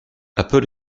apple